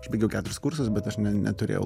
aš baigiau keturis kursus bet aš neturėjau